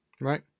Right